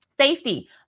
Safety